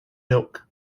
milk